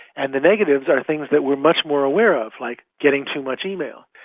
and the negatives are things that we are much more aware of, like getting too much email.